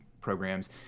programs